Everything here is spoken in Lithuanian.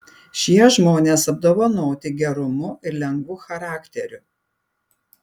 šie žmonės apdovanoti gerumu ir lengvu charakteriu